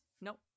Nope